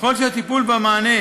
ככל שהטיפול והמענה